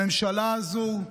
הממשלה הזו.